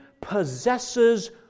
possesses